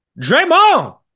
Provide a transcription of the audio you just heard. Draymond